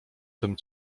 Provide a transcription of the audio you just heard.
tym